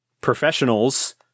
professionals